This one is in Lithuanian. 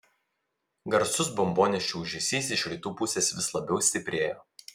garsus bombonešių ūžesys iš rytų pusės vis labiau stiprėjo